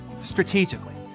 strategically